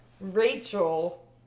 Rachel